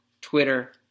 Twitter